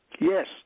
Yes